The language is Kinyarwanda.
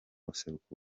buseruko